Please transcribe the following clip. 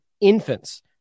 infants